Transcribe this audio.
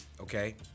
okay